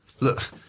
look